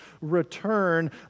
return